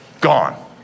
gone